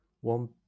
One